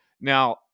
Now